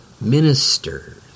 ministers